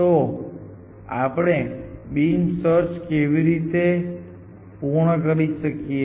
તો આપણે beam search કેવી રીતે પૂર્ણ કરી શકીએ